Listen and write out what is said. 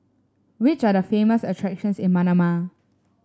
which are the famous attractions in Manama